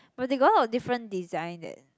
but they got a lot of different design that